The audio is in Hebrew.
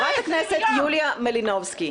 חברת הכנסת יוליה מלינובסקי.